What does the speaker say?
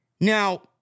Now